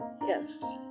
yes